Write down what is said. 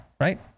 right